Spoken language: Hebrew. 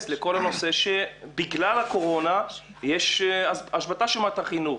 לכל הנושא שבגלל הקורונה יש השבתה של מערכת החינוך,